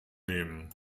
nehmen